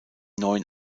neuen